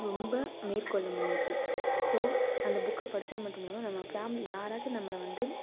ரொம்ப மேற்கொள்ள முடிஞ்சுச்சு ஸோ அந்த புக்கை படித்தது மட்டும் இல்லாமல் நம்ம ஃபேமிலி யாராச்சும் நம்மளை வந்து